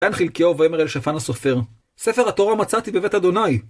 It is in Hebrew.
ויען חלקיהו ויאמר אל שפן הסופר, ספר התורה מצאתי בבית ה׳